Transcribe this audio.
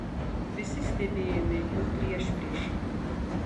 visi stebėjome jų priešpriešą